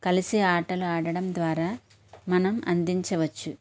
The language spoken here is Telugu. కలిసి ఆటలు ఆడడం ద్వారా మనం అందించవచ్చు